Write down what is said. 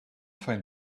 find